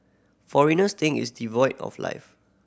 foreigners think it's devoid of life